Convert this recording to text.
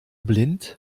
blind